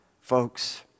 folks